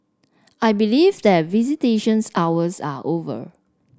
I believe that visitations hours are over